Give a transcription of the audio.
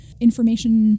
information